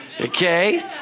Okay